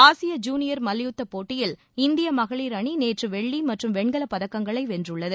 ஆசிய ஜூனியர் மல்யுத்த போட்டியில் இந்திய மகளிர் அணி நேற்று வெள்ளி மற்றும் வெண்கல பதக்கங்களை வென்றுள்ளது